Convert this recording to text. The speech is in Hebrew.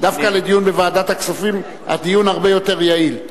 הדיון יהיה הרבה יותר יעיל.